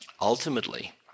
ultimately